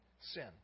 sin